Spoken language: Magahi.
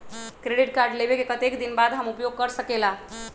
क्रेडिट कार्ड लेबे के कतेक दिन बाद हम उपयोग कर सकेला?